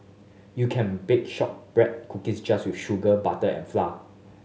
you can bake shortbread cookies just with sugar butter and flour